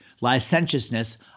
licentiousness